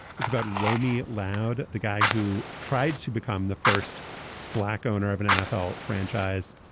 it's about romey loud. the guy who tried to become the first black owner of an nfl franchise.